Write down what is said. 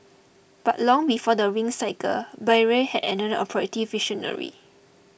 but long before the Ring Cycle Bayreuth had another operatic visionary